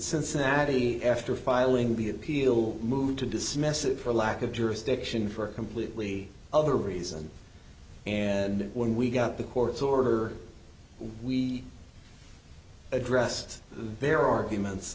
cincinnati after filing would be appeal moved to dismiss it for lack of jurisdiction for a completely other reason and when we got the court's order we addressed their arguments